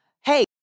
hey